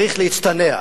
שצריך להצטנע.